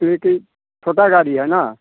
इसलिए कि छोटा गाड़ी है ना